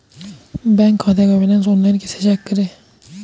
Bank खाते का balance online कैसे चेक करें?